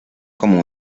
como